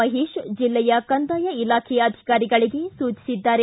ಮಹೇಶ್ ಜಿಲ್ಲೆಯ ಕಂದಾಯ ಇಲಾಖೆ ಅಧಿಕಾರಿಗಳಿಗೆ ಸೂಚಿಸಿದ್ದಾರೆ